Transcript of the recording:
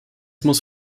muss